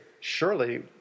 Surely